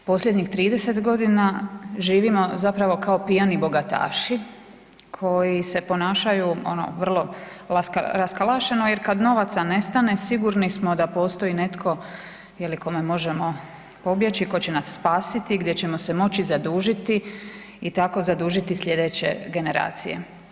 Posljednjih 30.g. živimo zapravo kao pijani bogataši koji se ponašaju ono vrlo raskalašeno jer kad novaca nestane sigurni smo da postoji netko ili kome možemo pobjeći, ko će nas spasiti, gdje ćemo se moći zadužiti i tako zadužiti slijedeće generacije.